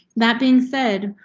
that being said,